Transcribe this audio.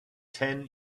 ten